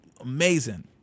amazing